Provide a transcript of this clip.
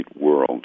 world